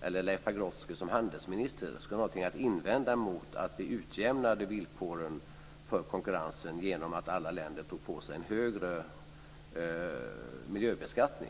eller Leif Pagrotsky, som handelsminister, skulle ha någonting att invända mot att vi utjämnade villkoren för konkurrensen genom att alla länder tog på sig en högre miljöbeskattning.